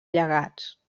llegats